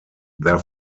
their